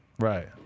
Right